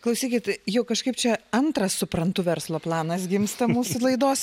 klausykit jau kažkaip čia antras suprantu verslo planas gimsta mūsų laidos